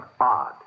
Odd